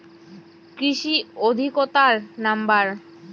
কৃষি অধিকর্তার নাম্বার?